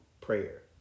prayer